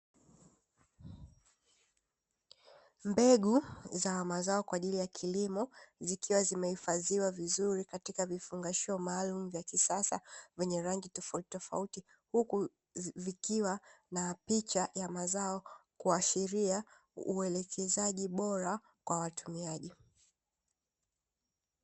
Mbegu za mazao kwa ajili ya kilimo, zikiwa zimehifadhiwa vizuri katika vifungashio maalumu vya kisasa vyenye rangi tofautitofauti, huku vikiwa na picha ya mazao kuashiria uelekezaji bora kwa watumiaji.